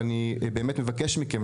ואני באמת מבקש מכם,